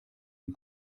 den